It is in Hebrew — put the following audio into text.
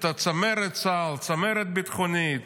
את צמרת צה"ל, את הצמרת הביטחונית.